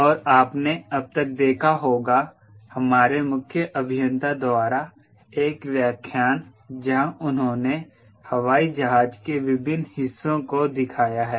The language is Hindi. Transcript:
और आपने अब तक देखा होगा हमारे मुख्य अभियंता द्वारा एक व्याख्यान जहां उन्होंने हवाई जहाज के विभिन्न हिस्सों को दिखाया है